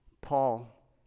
Paul